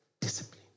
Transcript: discipline